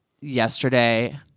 Yesterday